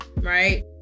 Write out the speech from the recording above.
Right